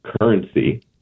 currency